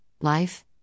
life